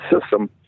system